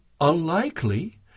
unlikely